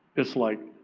it's like